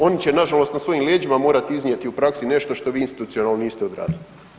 Oni će nažalost na svojim leđima morati iznijeti u praksi nešto što vi institucionalno niste odradili.